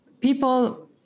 people